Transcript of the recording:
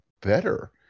better